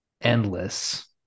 endless